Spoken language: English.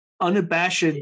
unabashed